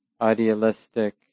idealistic